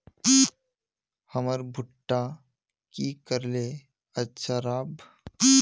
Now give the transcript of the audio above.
हमर भुट्टा की करले अच्छा राब?